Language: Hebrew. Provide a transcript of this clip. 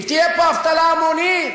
תהיה פה אבטלה המונית.